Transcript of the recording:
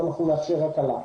אנחנו נאפשר הקלה.